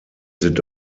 sind